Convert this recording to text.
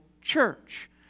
church